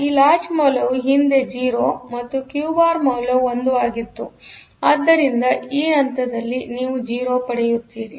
ಈ ಲಾಚ್ ಮೌಲ್ಯವು ಹಿಂದೆ 0 ಮತ್ತು ಕ್ಯೂ ಬಾರ್ ಮೌಲ್ಯ 1 ಆಗಿತ್ತುಆದ್ದರಿಂದ ಈ ಹಂತದಲ್ಲಿ ನೀವು 0 ಪಡೆಯುತ್ತೀರಿ